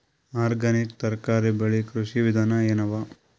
Organic ತರಕಾರಿ ಬೆಳಿ ಕೃಷಿ ವಿಧಾನ ಎನವ?